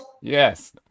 yes